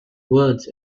words